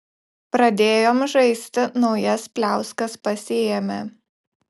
pradėjom žaisti naujas pliauskas pasiėmę